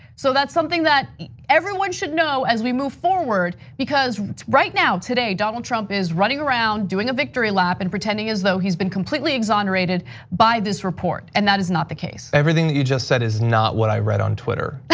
so that's something that everyone should know as we move forward. because right now, today, donald trump is running around, doing a victory lap, and pretending as though he's been completely exonerated by this report, and that is not the case. everything that you just said is not what i read on twitter,